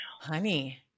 honey